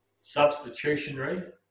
Substitutionary